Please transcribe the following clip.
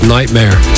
Nightmare